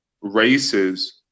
races